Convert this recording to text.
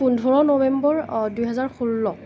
পোন্ধৰ নৱেম্বৰ দুহেজাৰ ষোল্ল